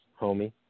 homie